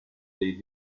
they